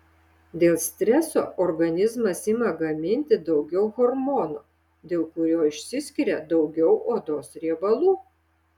dėl streso organizmas ima gaminti daugiau hormono dėl kurio išsiskiria daugiau odos riebalų